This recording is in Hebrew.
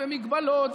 והגבלות,